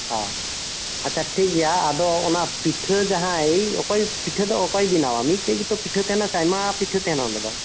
ᱚ ᱟᱪᱪᱷᱟ ᱴᱷᱤᱠ ᱜᱮᱭᱟ ᱟᱫᱚ ᱚᱱᱟ ᱯᱤᱴᱷᱟᱹ ᱡᱟᱦᱟᱸᱭ ᱚᱠᱚᱭ ᱯᱤᱴᱷᱟᱹ ᱫᱚ ᱚᱠᱚᱭ ᱵᱮᱱᱟᱣᱟᱭ ᱢᱤᱫᱴᱮᱱ ᱜᱮᱛᱚ ᱯᱤᱴᱷᱟᱹ ᱫᱚ ᱛᱟᱦᱮᱱᱟ ᱥᱮ ᱟᱭᱢᱟ ᱯᱤᱴᱷᱟᱹ ᱛᱟᱦᱮᱱ ᱚᱸᱰᱮ ᱫᱚ